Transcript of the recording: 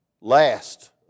last